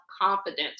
confidence